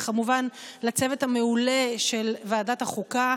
וכמובן לצוות המעולה של ועדת החוקה.